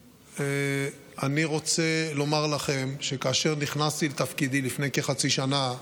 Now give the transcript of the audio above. אני רוצה לומר לכם שכאשר נכנסתי לתפקידי לפני כחצי שנה,